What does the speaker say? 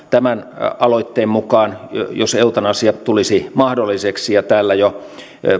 tämän aloitteen mukaan jos eutanasia tulisi mahdolliseksi ja täällä jo